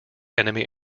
enemy